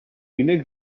unig